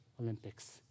Olympics